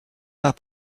pas